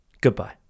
Goodbye